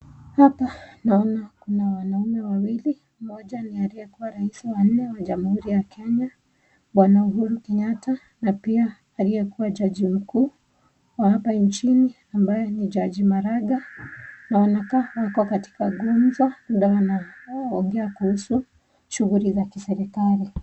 Hapa naona kuna wanaume wawili, moja ni yule alikuwa rais wa nne wa jamhuri wa kenya bwaba Uhuru Kenyatta, na pia aliyekuwa jaji mkuu wa hapa nchini ambaye ni jaji maraga wanonekana wako katika gumzo wanaongea kuhusu shughuli za kiserekali.